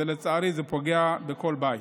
ולצערי זה פוגע בכל בית.